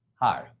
Hi